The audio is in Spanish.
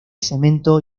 cemento